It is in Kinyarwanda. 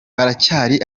baracyari